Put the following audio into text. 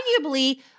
arguably